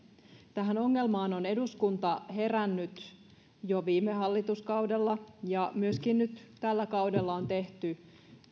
tähän ongelmaan on eduskunta herännyt jo viime hallituskaudella ja myöskin nyt tällä kaudella on tehty